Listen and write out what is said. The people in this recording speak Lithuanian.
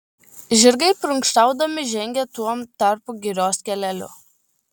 žirgai prunkštaudami žengė tuom tarpu girios keleliu